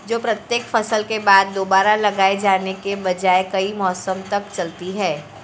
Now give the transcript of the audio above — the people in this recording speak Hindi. जो प्रत्येक फसल के बाद दोबारा लगाए जाने के बजाय कई मौसमों तक चलती है